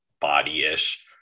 body-ish